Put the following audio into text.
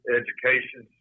education